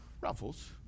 ruffles